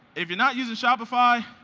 if you're not using shopify,